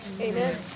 Amen